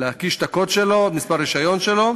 להקיש את הקוד שלו, את מספר הרישיון שלו,